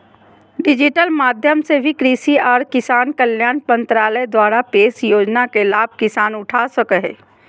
digital माध्यम से भी कृषि आर किसान कल्याण मंत्रालय द्वारा पेश योजना के लाभ किसान उठा सको हय